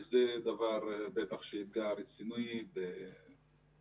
וזה דבר שיפגע באופן רציני בעיר,